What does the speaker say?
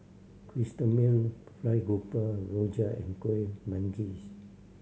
Chrysanthemum Fried Grouper rojak and Kuih Manggis